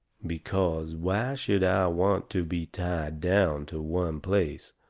because why should i want to be tied down to one place,